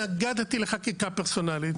גם שם אני התנגדתי לחקיקה פרסונלית.